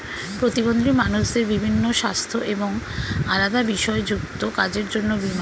প্রতিবন্ধী মানুষদের বিভিন্ন সাস্থ্য এবং আলাদা বিষয় যুক্ত কাজের জন্য বীমা